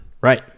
Right